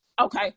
Okay